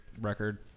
record